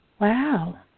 Wow